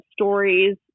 stories